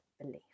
belief